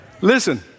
Listen